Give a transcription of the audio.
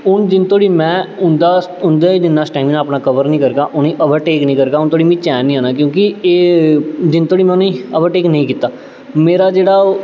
हून जिन्ने धोड़ी में उं'दा उं'दे जिन्ना स्टैमना अपना कवर निं करगा उ'नें गी ओवरटेक निं करगा उ'न्नै दोड़ी मिगी चैन निं औना क्योंकि एह् जिन्न धोड़ी में उ'नें गी ओवरटेक नेईं कीता मेरा जेह्ड़ा ओह्